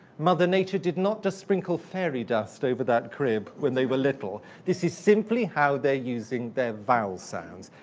mother nature did not just sprinkle fairy dust over that crib when they were little. this is simply how they're using their vowel sounds.